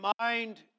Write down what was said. mind